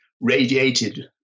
radiated